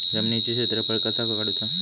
जमिनीचो क्षेत्रफळ कसा काढुचा?